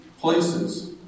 places